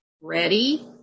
ready